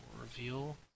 reveal